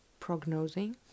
Prognosing